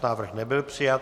Návrh nebyl přijat.